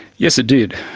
yes, it did,